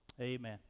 Amen